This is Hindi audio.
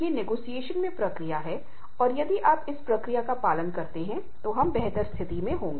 जापान में यह एक आम कहावत है कि यदि आप बहुत अधिक काम करते हैं तो आप मर जाएंगे